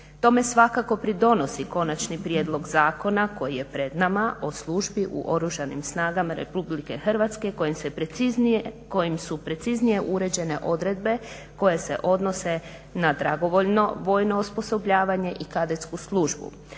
Tome svakako pridonosi Konačni prijedlog zakona koji je pred nama o službi u Oružanim snagama Republike Hrvatske kojim su preciznije uređene odredbe koje se odnose na dragovoljno vojno osposobljavanje i kadetsku službu.